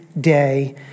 day